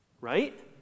Right